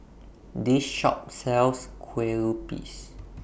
This Shop sells Kue Lupis